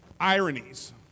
ironies